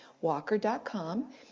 Walker.com